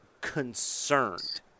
concerned